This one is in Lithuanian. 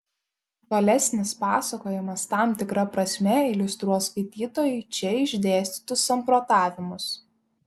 tolesnis pasakojimas tam tikra prasme iliustruos skaitytojui čia išdėstytus samprotavimus